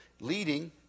leading